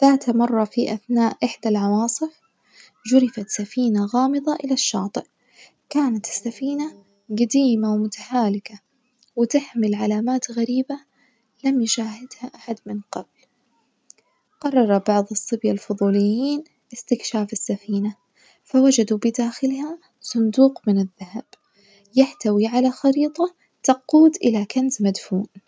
ذات مرة في أثناء إحدى العواصف جرفت سفينة غامضة إلى الشاطئ، كانت السفينة جديمة ومتهالكة وتحمل علامات غريبة لم يشاهدها أحد من قبل، قرر بعض الصبية الفضوليين استطشاف السفينة فوجدوا بداخلها صندوق من الذهب يحتوي على خريطة تقود إلى كنز مدفون.